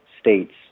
states